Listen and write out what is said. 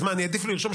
אזרחי ישראל,